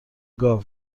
گاو